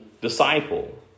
disciple